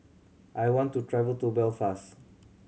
I want to travel to Belfast